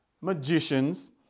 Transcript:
magicians